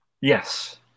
Yes